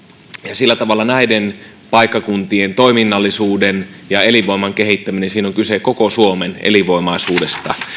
sillä tavalla näiden paikkakuntien toiminnallisuuden ja elinvoiman kehittämisessä on kyse koko suomen elinvoimaisuudesta